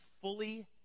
Fully